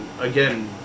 again